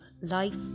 life